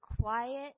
quiet